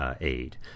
aid